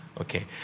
Okay